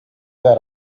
that